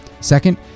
Second